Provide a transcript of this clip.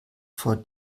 vor